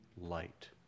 light